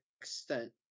extent